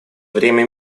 время